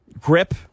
grip